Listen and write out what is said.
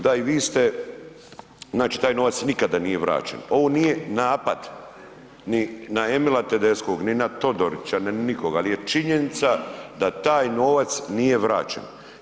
Da i vi ste, znači taj novac nikada nije vraćen, ovo nije napad ni na Emila Tedeskog, ni na Todorića, ni na nikoga, al je činjenica da taj novac nije vraćen.